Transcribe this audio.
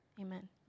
Amen